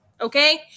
okay